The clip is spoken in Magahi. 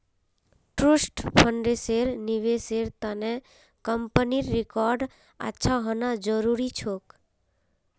ट्रस्ट फंड्सेर निवेशेर त न कंपनीर रिकॉर्ड अच्छा होना जरूरी छोक